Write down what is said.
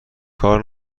کار